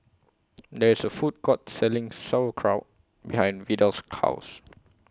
There IS A Food Court Selling Sauerkraut behind Vidal's House